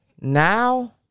Now